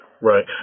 Right